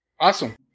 Awesome